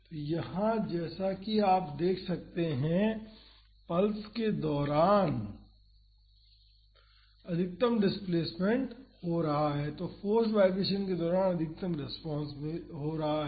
तो यहाँ जैसा कि आप देख सकते हैं कि पल्स के दौरान अधिकतम डिस्प्लेसमेंट हो रहा है तो फोर्स्ड वाईब्रेशन के दौरान अधिकतम रेस्पॉन्स हो रहा है